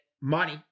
money